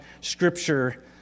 Scripture